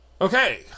Okay